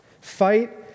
Fight